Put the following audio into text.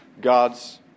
God's